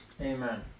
Amen